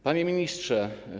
Panie Ministrze!